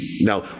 Now